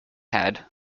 head